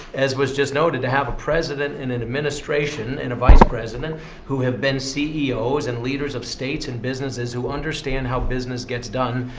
as was just noted, to have a president and an administration and a vice president who have been ceos and leaders of states and businesses who understand how business gets done,